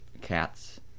cats